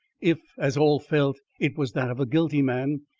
if, as all felt, it was that of a guilty man,